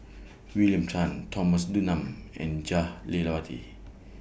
William Tan Thomas Dunman and Jah Lelawati